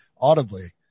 audibly